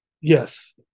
Yes